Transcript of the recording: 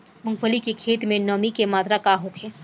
मूँगफली के खेत में नमी के मात्रा का होखे?